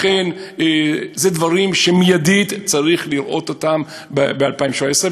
לכן זה דברים שמיידית צריך לראות אותם ב-2017.